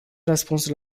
răspunsul